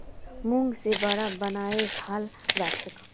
मूंग से वड़ा बनएयों खाल जाछेक